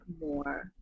more